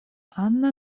anna